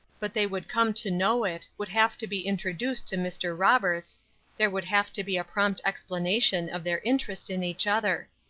but they would come to know it would have to be introduced to mr. roberts there would have to be a prompt explanation of their interest in each other.